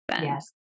Yes